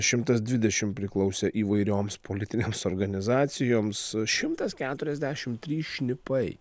šimtas dvidešimt priklausė įvairioms politinėms organizacijoms šimtas keturiasdešimt trys šnipai